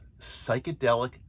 psychedelic